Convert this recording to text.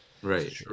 Right